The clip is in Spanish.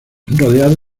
rodeado